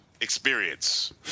experience